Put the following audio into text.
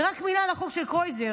ורק מילה על החוק של קרויזר,